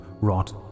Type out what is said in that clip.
rot